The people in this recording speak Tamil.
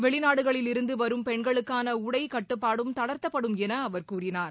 வெளிநாடுகளில் இருந்து வரும் பெண்களுக்கான உடை கட்டுப்பாடும் தளர்த்தப்படும் என அவர் கூறினார்